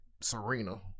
Serena